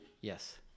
Yes